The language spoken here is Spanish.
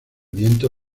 viento